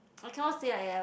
I cannot say like that what